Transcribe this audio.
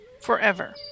forever